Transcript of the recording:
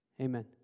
Amen